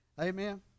amen